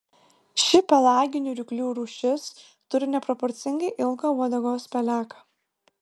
ši pelaginių ryklių rūšis turi neproporcingai ilgą uodegos peleką